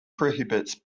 prohibits